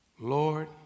Lord